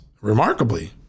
remarkably